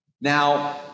Now